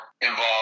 involved